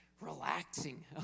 relaxing